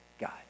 god